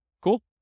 Cool